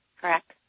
Correct